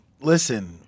Listen